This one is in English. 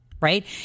right